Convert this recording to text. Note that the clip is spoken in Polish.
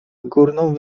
górną